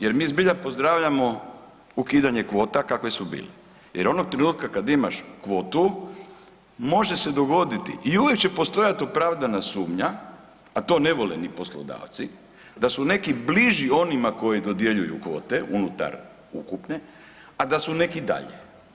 Jer mi zbilja pozdravljamo ukidanje kvota kakve su bile jer onog trenutka kad imaš kvotu, može se dogoditi i uvijek će postojati opravdana sumnja a to ne vole ni poslodavci, da su neki bliži onima koji dodjeljuju kvote unutar ukupne a da su neki dalje.